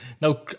Now